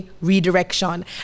Redirection